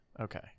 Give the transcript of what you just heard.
Okay